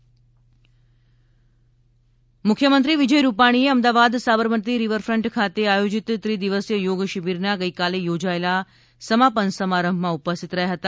યોગ શિબિર મુખ્યમંત્રીશ્રી વિજય ભાઈ રૂપાણી અમદાવાદ સાબરમતી રિવરફ્રન્ટ ખાતે આયોજિત ત્રિ દિવસીય યોગ શિબિરના ગઈકાલે યોજાયેલા સમાપન સમારંભમાં ઉપસ્થિત રહ્યા હતા